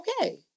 okay